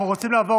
אנחנו רוצים לעבור